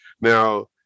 Now